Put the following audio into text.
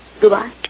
Goodbye